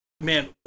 Man